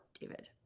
David